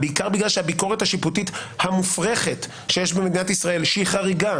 בגלל שהביקורת השיפוטית המופרכת שיש במדינת ישראל שהיא חריגה